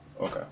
Okay